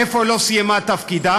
איפה לא סיימה את תפקידה?